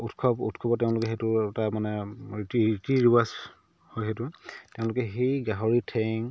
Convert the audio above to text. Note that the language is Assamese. উৎসৱ উৎসৱত তেওঁলোকে সেইটো এটা মানে ৰীতি ৰীতি ৰিৱাজ হয় সেইটো তেওঁলোকে সেই গাহৰিৰ ঠেং